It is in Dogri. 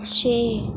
छे